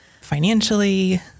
financially